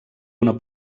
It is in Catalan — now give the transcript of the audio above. una